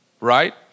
right